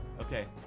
Okay